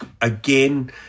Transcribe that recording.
again